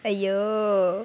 !aiyo!